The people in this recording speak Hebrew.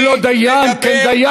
הוא לא דיין, כן דיין.